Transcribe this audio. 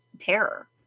terror